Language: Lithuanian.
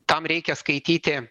tam reikia skaityti